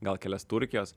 gal kelias turkijos